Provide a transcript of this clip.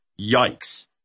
yikes